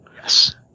Yes